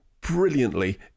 brilliantly